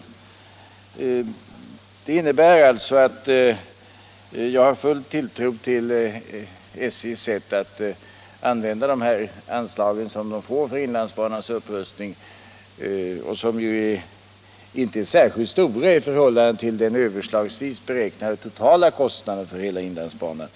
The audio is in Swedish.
Detta innebär alltså att jag har full tilltro till SJ:s förmåga att på ett förnuftigt sätt använda de anslag som SJ får för inlandsbanans upprustning och som ju inte är särskilt stora i förhållande till den överslagsvis beräknade totala kostnaden för hela inlandsbanan.